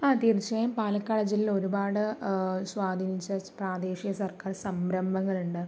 ആ തീർച്ചയായും പാലക്കാട് ജില്ലയിൽ ഒരുപാട് സ്വാധീനിച്ച പ്രാദേശിക സർക്കാർ സംരംഭങ്ങളുണ്ട്